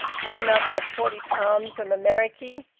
haven't us had forty pound from ameriky?